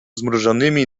zmrużonymi